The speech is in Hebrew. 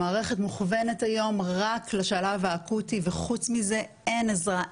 המערכת מוכוונת היום רק לשלב האקוטי וחוץ מזה אין עזרה,